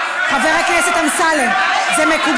חבר הכנסת אורן חזן, אני לא,